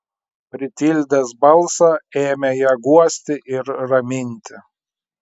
pritildęs balsą ėmė ją guosti ir raminti